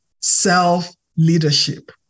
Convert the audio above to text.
self-leadership